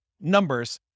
numbers